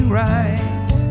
right